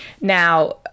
Now